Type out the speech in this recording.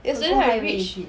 yesterday I reach